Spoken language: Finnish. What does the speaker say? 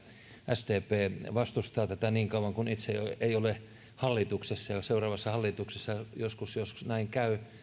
sdp vastustaa tätä niin kauan kuin itse ei ole ei ole hallituksessa ja seuraavassa hallituksessa joskus jos näin käy